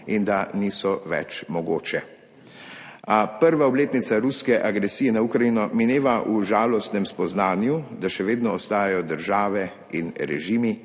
in da niso več mogoče. A prva obletnica ruske agresije na Ukrajino mineva v žalostnem spoznanju, da še vedno ostajajo države in režimi,